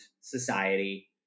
society